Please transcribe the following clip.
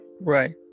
Right